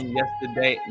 yesterday